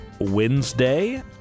Wednesday